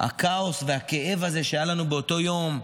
הכאוס והכאב הזה שהיה לנו באותו יום,